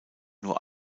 nur